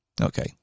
Okay